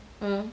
mm